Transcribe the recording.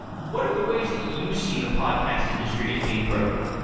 what are the ways that you see the podcast industry as being broken?